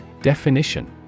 Definition